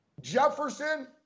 Jefferson